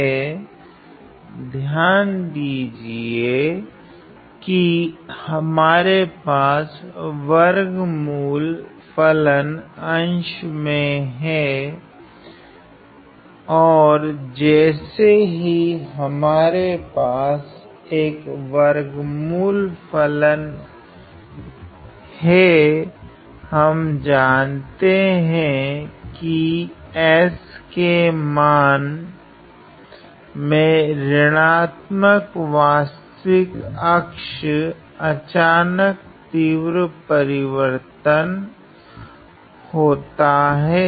क्योकि ध्यान दीजिए की हमारे पास वर्गमूल फलन अंश मे है और जैसे ही हमारे पास अक वर्गमूल फलन हैं हम जानते है की s के मान में ऋणात्मक वास्तविक अक्ष अचानक तीव्र परिवर्तन होता है